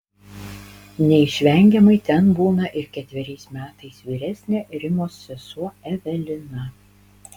neišvengiamai ten būna ir ketveriais metais vyresnė rimos sesuo evelina